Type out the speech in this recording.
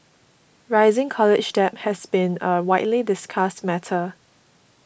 rising college debt has been a widely discussed matter